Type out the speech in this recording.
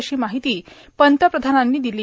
अशी माहिती पंतप्रधानांनी दिली